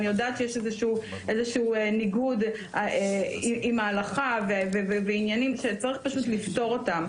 אני יודעת שיש ניגוד עם ההלכה ועוד עניינים שצריך לפתור אותם.